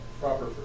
Proper